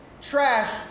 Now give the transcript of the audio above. trash